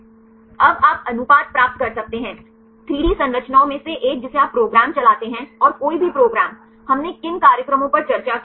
अब आप अनुपात प्राप्त कर सकते हैं 3 डी संरचनाओं में से एक जिसे आप प्रोग्राम चलाते हैं और कोई भी प्रोग्राम हमने किन कार्यक्रमों पर चर्चा की